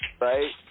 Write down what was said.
Right